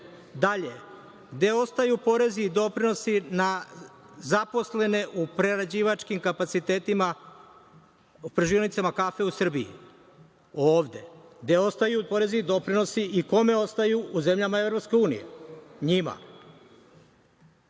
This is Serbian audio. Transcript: nisu? Dalje, gde ostaju porezi i doprinosi na zaposlene u prerađivačkim kapacitetima, pržionicama kafa u Srbiji? Ovde. Gde ostaju porezi i doprinosi i kome ostaju u zemljama EU?